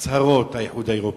הצהרות, לאיחוד האירופי.